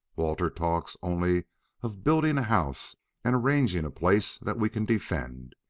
walter talks only of building a house and arranging a place that we can defend.